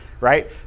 right